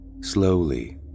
slowly